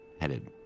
headed